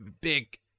big